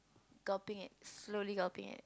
gulping it slowly gulping it